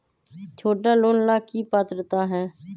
छोटा लोन ला की पात्रता है?